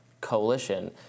coalition